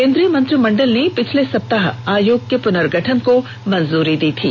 केन्द्रीय मंत्रिमंडल ने पिछले सप्ताह आयोग के पुनर्गठन को मंजूरी दी थी